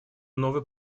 новый